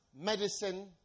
medicine